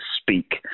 speak